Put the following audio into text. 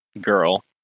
girl